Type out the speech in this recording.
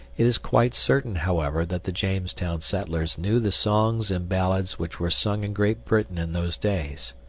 it is quite certain, however, that the jamestown settlers knew the songs and ballads which were sung in great britain in those days.